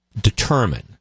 determine